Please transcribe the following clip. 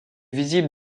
visible